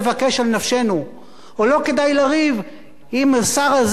או: לא כדאי לריב עם השר הזה או עם ראש הממשלה הזה,